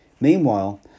Meanwhile